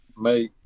make